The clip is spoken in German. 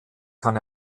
kann